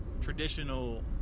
traditional